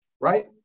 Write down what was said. right